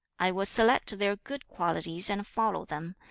i will select their good qualities and follow them,